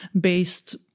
based